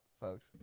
folks